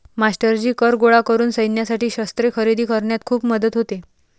मास्टरजी कर गोळा करून सैन्यासाठी शस्त्रे खरेदी करण्यात खूप मदत होते